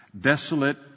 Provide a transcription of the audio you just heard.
Desolate